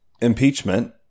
impeachment